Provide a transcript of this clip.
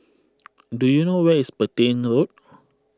do you know where is Petain Road